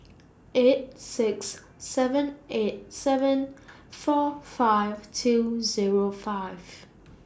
eight six seven eight seven four five two Zero five